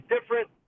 different